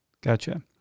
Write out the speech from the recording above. Gotcha